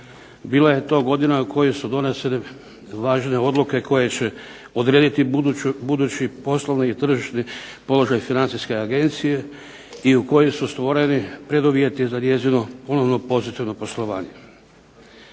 Bila je to godina u kojoj su donesene važne odluke koje će odrediti budući poslovni i tržišni položaj Financijske agencije, i u kojoj su stvoreni preduvjeti za njezino ponovno pozitivno poslovanje.